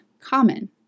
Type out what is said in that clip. common